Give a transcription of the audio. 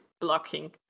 blocking